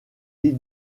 l’île